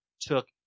took